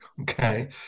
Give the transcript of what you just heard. Okay